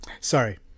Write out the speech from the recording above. Sorry